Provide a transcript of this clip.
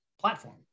platform